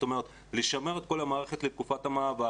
כלומר לשמר את כל המערכת בתקופת המעבר.